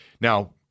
Now